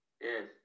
Yes